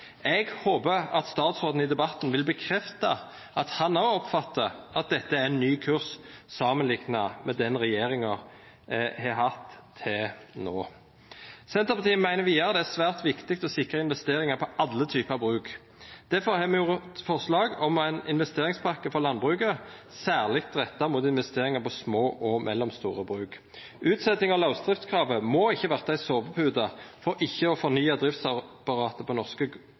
Eg håper at statsråden i debatten vil bekrefta at han òg oppfattar at dette er ein ny kurs samanlikna med den regjeringa har hatt til no. Senterpartiet meiner vidare det er svært viktig å sikra investeringar på alle typar bruk. Difor har me òg eit forslag om ei investeringspakke for landbruket særleg retta mot investeringar på små og mellomstore bruk. Utsetjinga av lausdriftskravet må ikkje verta ei sovepute for ikkje å fornya driftsapparatet på norske